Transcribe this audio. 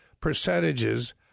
percentages